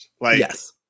Yes